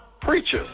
preachers